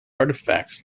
artifacts